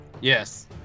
Yes